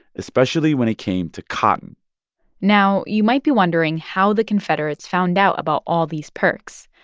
especially when it came to cotton now, you might be wondering how the confederates found out about all these perks.